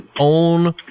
own